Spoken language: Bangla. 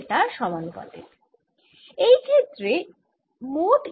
r 2 যদি r 1 এর থেকে বড় হয় ক্ষেত্র হবে এই দিকে অর্থাৎ মোট ক্ষেত্র হল এই দিকে